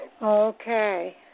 Okay